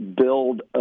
build